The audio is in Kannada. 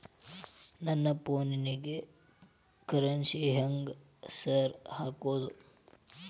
ನನ್ ಫೋನಿಗೆ ಕರೆನ್ಸಿ ಹೆಂಗ್ ಸಾರ್ ಹಾಕೋದ್?